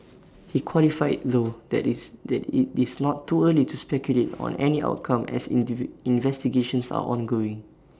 he's qualified though that it's that IT is not too early to speculate on any outcome as investigations are ongoing